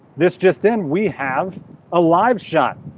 this just in we have a live shot.